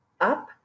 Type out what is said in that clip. up